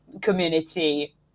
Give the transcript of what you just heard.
community